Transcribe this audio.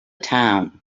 town